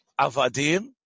Avadim